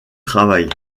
travail